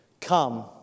Come